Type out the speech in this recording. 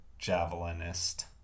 javelinist